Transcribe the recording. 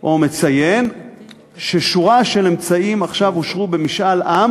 או מציין ששורה של אמצעים אושרו עכשיו במשאל עם